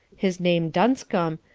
his name dunscum,